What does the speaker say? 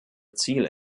ziele